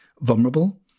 vulnerable